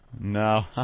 No